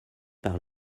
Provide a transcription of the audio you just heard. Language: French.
par